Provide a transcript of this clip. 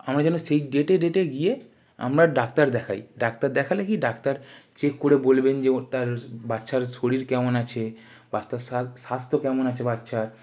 আমরা যেন সেই ডেটে ডেটে গিয়ে আমরা ডাক্তার দেখাই ডাক্তার দেখালে কি ডাক্তার চেক করে বলবেন যে ও তার বাচ্চার শরীর কেমন আছে বা তার স্বাস্থ্য কেমন আছে বাচ্চার